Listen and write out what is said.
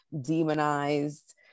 demonized